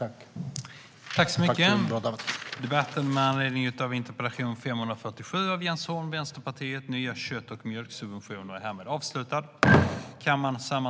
Tack för en bra debatt!